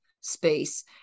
space